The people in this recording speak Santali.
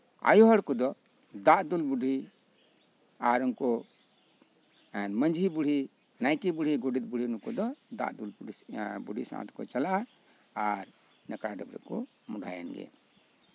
ᱟᱭᱳ ᱦᱚᱲ ᱠᱚᱫᱚ ᱫᱟᱜ ᱫᱩᱞ ᱵᱩᱰᱦᱤ ᱟᱨ ᱩᱱᱠᱚ ᱢᱟᱹᱡᱷᱤ ᱵᱩᱰᱦᱤ ᱱᱟᱭᱠᱮ ᱵᱩᱰᱦᱤ ᱜᱚᱰᱮᱛ ᱵᱩᱰᱦᱤ ᱱᱩᱠᱩ ᱫᱚ ᱫᱟᱜ ᱫᱩᱞ ᱵᱩᱰᱦᱤ ᱥᱟᱶ ᱛᱮᱠᱚ ᱪᱟᱞᱟᱜᱼᱟ ᱟᱨ ᱱᱟᱲᱠᱟ ᱠᱟᱛᱮᱜ ᱠᱚ ᱢᱩᱸᱰᱷᱟᱭᱮᱱ ᱜᱮ